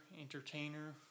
entertainer